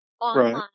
online